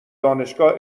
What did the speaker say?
دانشگاه